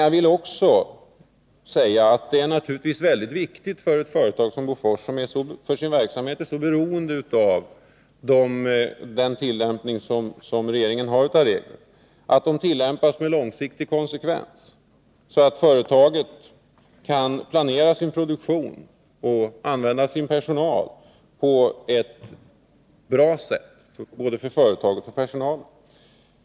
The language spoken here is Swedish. Jag vill dock också säga att det naturligtvis är mycket viktigt för ett företag som Bofors, som för sin verksamhet är så beroende av den tillämpning regeringen Nr 24 har av sina regler, att tillämpningen sker med långsiktig konsekvens, så att Torsdagen den företaget kan planera sin produktion och använda sin personal på ett sättsom 11 november 1982 är bra för både företaget och personalen.